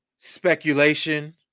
speculation